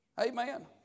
Amen